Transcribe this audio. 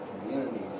communities